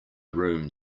room